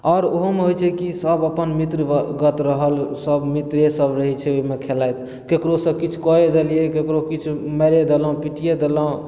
आओर ओहो मे होइ छै की सब अपन मित्रवत रहल सब मित्रे सब रहै छै ओहिमे खेलैत केकरो सॅं किछु कए देलीय केकरो किछु माइरे देलौं पीटिये देलौं